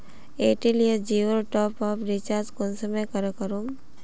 Airtel या जियोर top up recharge कुंसम करे करूम?